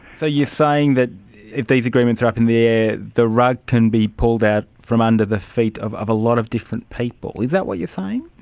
so you're saying that if these agreements are up in the air, the rug can be pulled out from under the feet of of a lot of different people, is that what you're saying?